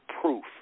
proof